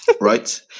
right